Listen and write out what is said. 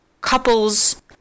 couples